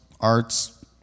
arts